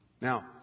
Now